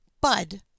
Bud